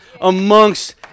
amongst